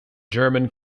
german